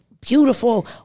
beautiful